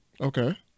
Okay